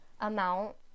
amount